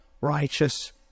righteous